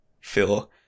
feel